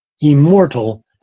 immortal